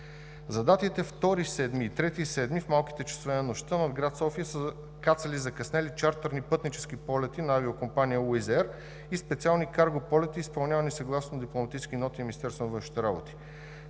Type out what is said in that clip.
За датите 2 юли и 3 юли в малките часове на нощта над град София са кацали закъснели чартърни пътнически полети на авиокомпания Wizz Air и специални карго полети, изпълнявани съгласно дипломатически ноти на Министерството на външните работи.